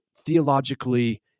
theologically